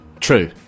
True